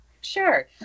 Sure